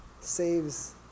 saves